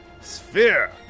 Sphere